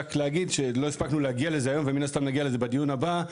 רק להגיד שלא הספקנו להגיע לזה היום ומן הסתם נגיע לזה בדיון הבא.